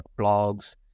blogs